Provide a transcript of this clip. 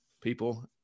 people